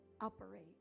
operate